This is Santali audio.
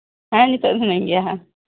ᱦᱮᱸ ᱱᱤᱛᱚᱜ ᱦᱤᱱᱟᱹᱧ ᱜᱮᱭᱟ